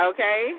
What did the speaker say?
Okay